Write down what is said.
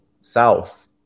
south